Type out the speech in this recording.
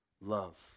Love